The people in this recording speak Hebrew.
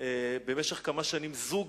במשך כמה שנים זוג